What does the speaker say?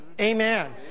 Amen